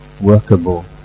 workable